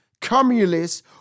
communists